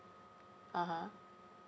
(uh huh)